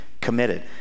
committed